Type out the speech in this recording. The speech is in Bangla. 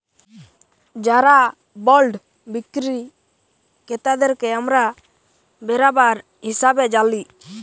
যারা বল্ড বিক্কিরি কেরতাদেরকে আমরা বেরাবার হিসাবে জালি